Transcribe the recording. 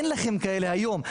אין לכם כאלה היום,